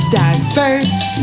diverse